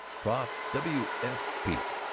prof. w. f. peet